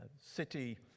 city